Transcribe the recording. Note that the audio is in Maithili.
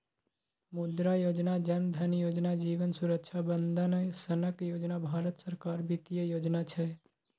मुद्रा योजना, जन धन योजना, जीबन सुरक्षा बंदन सनक योजना भारत सरकारक बित्तीय योजना छै